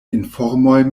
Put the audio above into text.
informoj